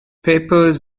papers